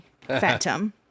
phantom